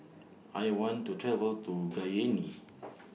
I want to travel to Cayenne